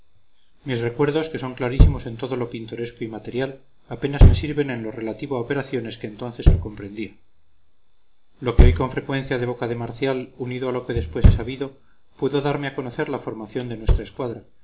mis recuerdos que son clarísimos en todo lo pintoresco y material apenas me sirven en lo relativo a operaciones que entonces no comprendía lo que oí con frecuencia de boca de marcial unido a lo que después he sabido pudo darme a conocer la formación de nuestra escuadra